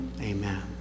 Amen